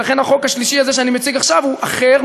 ולכן החוק השלישי הזה שאני מציג עכשיו הוא אחר,